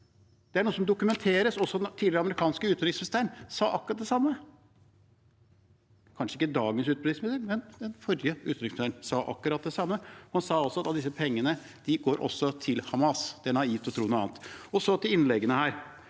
det er noe som dokumenteres. Den forrige amerikanske utenriksministeren sa akkurat det samme – kanskje ikke dagens utenriksminister, men den forrige utenriksministeren sa akkurat det samme. Han sa også at disse pengene også går til Hamas, det er naivt å tro noe annet. Og så til innleggene her,